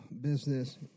business